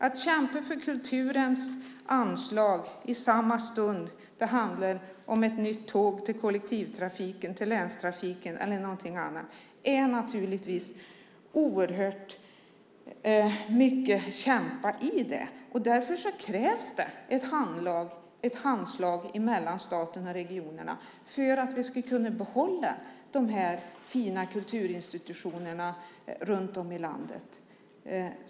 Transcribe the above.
Att kämpa för kulturens anslag samtidigt som det handlar om ett nytt tåg till kollektivtrafiken eller länstrafiken är naturligtvis en oerhörd kamp. Därför krävs det ett handslag mellan staten och regionerna för att vi ska kunna behålla de fina kulturinstitutionerna runt om i landet.